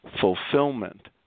fulfillment